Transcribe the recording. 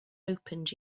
opened